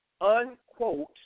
unquote